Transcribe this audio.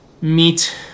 meet